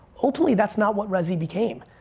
ultimately, that's not what resy became.